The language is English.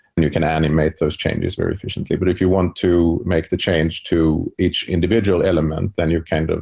and you can animate those changes very efficiently but if you want to make the change to each individual element, then you kind of